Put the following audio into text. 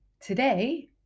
today